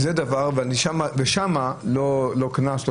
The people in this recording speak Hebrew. שם אין קנס,